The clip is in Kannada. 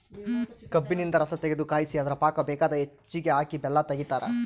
ಕಬ್ಬಿನಿಂದ ರಸತಗೆದು ಕಾಯಿಸಿ ಅದರ ಪಾಕ ಬೇಕಾದ ಹೆಚ್ಚಿಗೆ ಹಾಕಿ ಬೆಲ್ಲ ತೆಗಿತಾರ